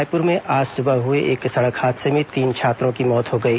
रायपुर में आज सुबह हुए एक सड़क हादसे में तीन छात्रों की मौत हो गई